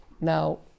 Now